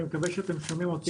אני מקווה שאתם שומעים אותי.